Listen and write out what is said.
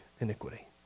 iniquity